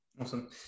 Awesome